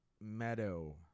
Meadow